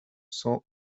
cents